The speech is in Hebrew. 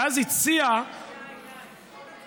ואז הציע, די, די.